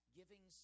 giving